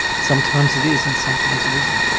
sometimes it is and sometimes it isn't.